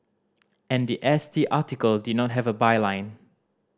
and the S T article did not have a byline